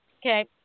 Okay